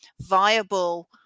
viable